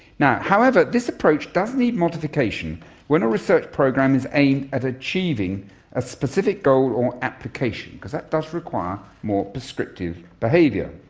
yeah however, this approach does need modification when a research program is aimed at achieving a specific goal or application because that does require more prescriptive behaviour.